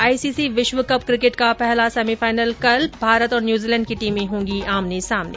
ICC विश्वकप cricket का पहला सेमीफाइनल कल भारत और न्यूजीलैण्ड की टीमें होंगी आमने सामने